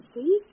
See